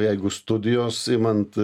jeigu studijos imant